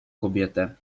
kobietę